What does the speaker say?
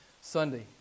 Sunday